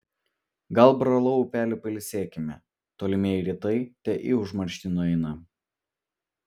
gal brolau upeli pailsėkime tolimieji rytai te į užmarštį nueina